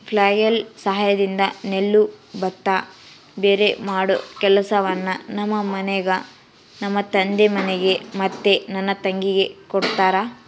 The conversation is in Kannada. ಫ್ಲ್ಯಾಯ್ಲ್ ಸಹಾಯದಿಂದ ನೆಲ್ಲು ಭತ್ತ ಭೇರೆಮಾಡೊ ಕೆಲಸವನ್ನ ನಮ್ಮ ಮನೆಗ ನಮ್ಮ ತಂದೆ ನನಗೆ ಮತ್ತೆ ನನ್ನ ತಂಗಿಗೆ ಕೊಡ್ತಾರಾ